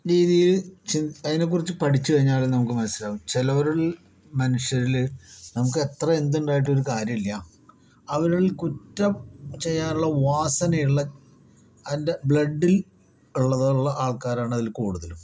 രീതിയിൽ അതിനെക്കുറിച്ച് പഠിച്ച് കഴിഞ്ഞാലും നമുക്ക് മനസ്സിലാവും ചിലവരിൽ മനുഷ്യരിൽ നമുക്കെത്ര എന്തുണ്ടായിട്ടും ഒരു കാര്യവും ഇല്ല അവരിൽ കുറ്റം ചെയ്യാനുള്ള വാസനയുള്ള അവൻ്റെ ബ്ലഡിൽ ഉള്ളത് ഉള്ള ആൾക്കാരാണ് അതിൽ കൂടുതലും